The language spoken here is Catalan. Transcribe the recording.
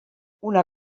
una